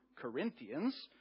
corinthians